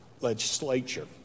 legislature